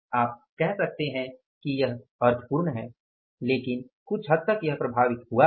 आप कह सकते हैं कि यह अर्थपूर्ण हैं लेकिन कुछ हद तक यह प्रभावित हुआ है